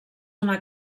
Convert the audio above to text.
una